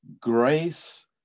Grace